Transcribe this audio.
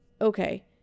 okay